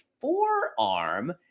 forearm